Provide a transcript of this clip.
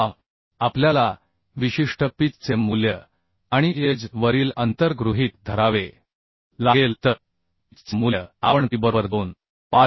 आताआपल्याला विशिष्ट पिच चे मूल्य आणि एज वरील अंतर गृहीत धरावे लागेल तर पिच चे मूल्य आपण पी बरोबर 2